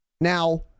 now